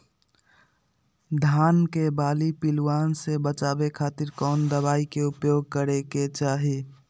धान के बाली पिल्लूआन से बचावे खातिर कौन दवाई के उपयोग करे के चाही?